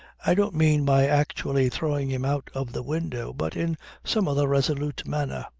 i don't mean by actually throwing him out of the window, but in some other resolute manner.